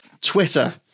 Twitter